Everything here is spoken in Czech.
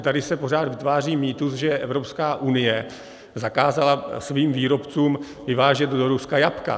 Tady se pořád vytváří mýtus, že Evropská unie zakázala svým výrobcům vyvážet do Ruska jablka.